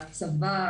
הצבא,